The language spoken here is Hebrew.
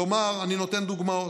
כלומר, אני נותן דוגמאות: